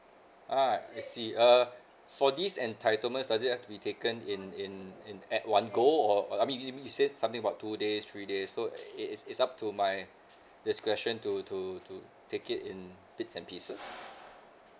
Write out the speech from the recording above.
ah I see err for this entitlement does it have to be taken in in in at one go or I mean you mean you said something about two days three days so it is is up to my discretion to to to take it in bits and pieces